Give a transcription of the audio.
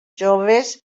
joves